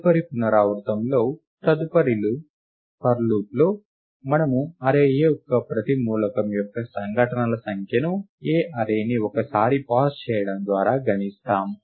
తదుపరి పునరావృతంలో తదుపరి ఫర్ లూప్లో మనము అర్రే A యొక్క ప్రతి మూలకం యొక్క సంఘటనల సంఖ్యను A అర్రేని ఒకసారి పాస్ చేయడం ద్వారా గణిస్తాము